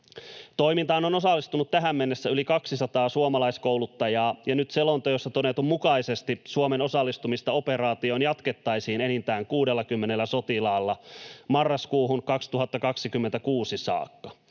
Toimintaan on osallistunut tähän mennessä yli 200 suomalaiskouluttajaa, ja nyt selonteossa todetun mukaisesti Suomen osallistumista operaatioon jatkettaisiin enintään 60 sotilaalla marraskuuhun 2026 saakka.